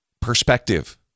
perspective